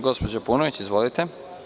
Gospođo Paunović, izvolite.